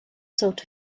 sort